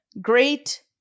Great